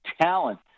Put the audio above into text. talent